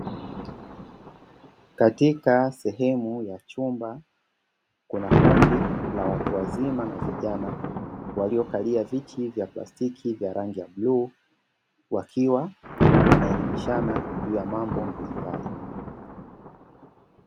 Katika sehemu ya chumba kuna kundi la watu wazima na vijana waliokalia viti vya plastiki vya rangi ya bluu, wakiwa wanaelimishana juu ya mambo mbalimbali.